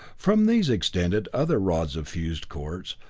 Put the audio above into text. from these extended other rods of fused quartz,